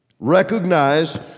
Recognize